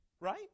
Right